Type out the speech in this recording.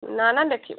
ନା ନା ଦେଖିବା